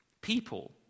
people